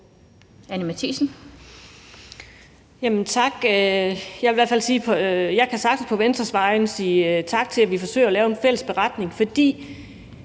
Jeg kan sagtens på Venstres vegne sige tak til, at vi forsøger at lave en fælles beretning